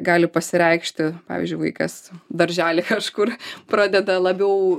gali pasireikšti pavyzdžiui vaikas daržely kažkur pradeda labiau